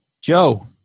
Joe